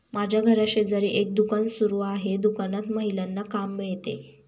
माझ्या घराशेजारी एक दुकान सुरू आहे दुकानात महिलांना काम मिळते